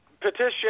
petition